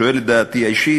אתה שואל את דעתי האישית?